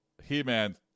he-man